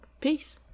Peace